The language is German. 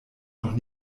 noch